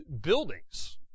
buildings